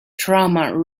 drama